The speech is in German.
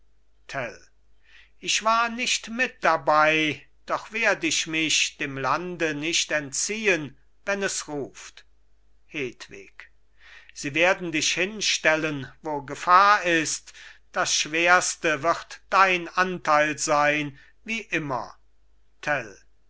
ich war nicht mit dabei doch werd ich mich dem lande nicht entziehen wenn es ruft hedwig sie werden dich hinstellen wo gefahr ist das schwerste wird dein anteil sein wie immer